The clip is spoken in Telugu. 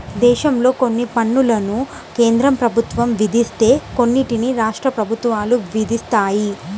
దేశంలో కొన్ని పన్నులను కేంద్ర ప్రభుత్వం విధిస్తే కొన్నిటిని రాష్ట్ర ప్రభుత్వాలు విధిస్తాయి